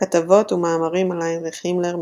כתבות ומאמרים על היינריך הימלר,